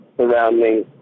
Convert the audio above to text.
surrounding